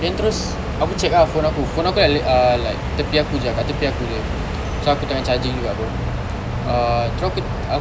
then terus aku check ah phone aku phone aku like ah like tapi aku jer kat tepi aku jer so aku tengah charging juga apa ah terus aku aku